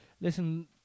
listen